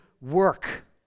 work